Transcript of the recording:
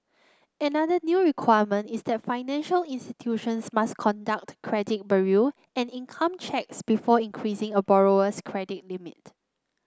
another new requirement is that financial institutions must conduct credit bureau and income checks before increasing a borrower's credit limit